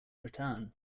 return